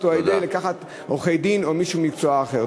או על-ידי לקיחת עורכי-דין או מישהו ממקצוע אחר.